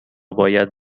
باید